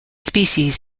species